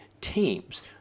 teams